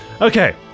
Okay